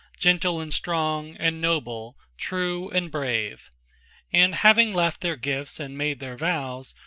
gentle and strong, and noble, true and brave and having left their gifts and made their vows,